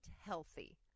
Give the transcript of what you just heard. healthy